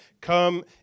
come